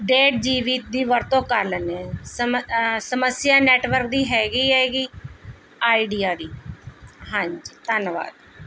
ਡੇਢ G B ਦੀ ਵਰਤੋਂ ਕਰ ਲੈਦੇ ਹਾਂ ਸਮ ਸਮੱਸਿਆ ਨੈਟਵਰਕ ਦੀ ਹੈਗੀ ਐਗੀ ਆਈਡੀਆ ਦੀ ਹਾਂਜੀ ਧੰਨਵਾਦ